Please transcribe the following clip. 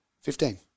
Fifteen